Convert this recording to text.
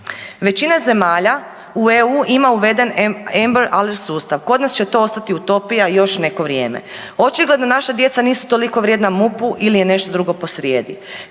Većina zemalja u EU ima uveden Ember aler sustav. Kod nas će to ostati utopija još neko vrijeme. Očigledno naša djeca nisu toliko vrijedna MUP-u ili je nešto drugo posrijedi.